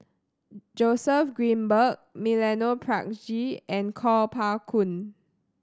Joseph Grimberg Milenko Prvacki and Kuo Pao Kun